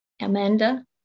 Amanda